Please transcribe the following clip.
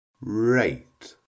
rate